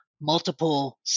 multiple